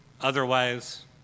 otherwise